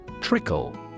Trickle